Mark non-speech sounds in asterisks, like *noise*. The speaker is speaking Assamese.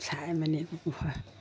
চাই মেলি *unintelligible*